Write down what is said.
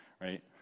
right